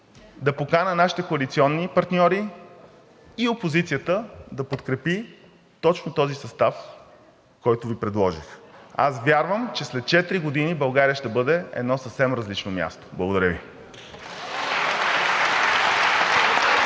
да поканя нашите коалиционни партньори и опозицията да подкрепи точно този състав, който Ви предложих. Аз вярвам, че след 4 години България ще бъде едно съвсем различно място. Благодаря Ви! (Бурни